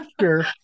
Sure